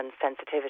sensitivity